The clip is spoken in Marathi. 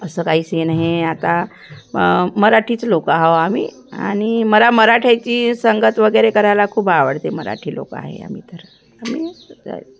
असं काहीस हे नाही आता म मराठीच लोक आहे आम्ही आणि मला मराठ्यांची संगत वगैरे करायला खूप आवडते मराठी लोक आहे आम्ही तर आम्ही